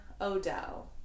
odell